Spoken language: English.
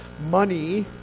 money